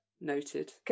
noted